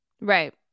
Right